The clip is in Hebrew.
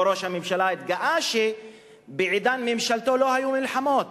פה ראש הממשלה התגאה שבעידן ממשלתו לא היו מלחמות,